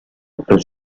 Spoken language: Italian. per